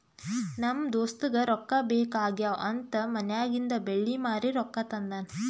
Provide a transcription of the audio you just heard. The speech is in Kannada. ನಮ್ ದೋಸ್ತಗ ರೊಕ್ಕಾ ಬೇಕ್ ಆಗ್ಯಾವ್ ಅಂತ್ ಮನ್ಯಾಗಿಂದ್ ಬೆಳ್ಳಿ ಮಾರಿ ರೊಕ್ಕಾ ತಂದಾನ್